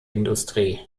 industrie